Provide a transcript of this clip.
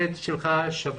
מנה משך